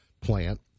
plant